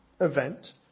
event